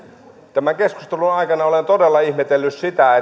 tämän keskustelun aikana olen todella ihmetellyt sitä